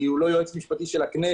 כי הוא לא יועץ משפטי של הכנסת